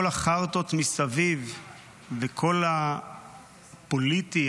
כל החרטא מסביב וכל הפוליטי,